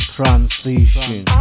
Transition